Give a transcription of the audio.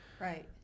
Right